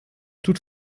tut